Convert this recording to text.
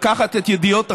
נא לקחת את ידיעות אחרונות,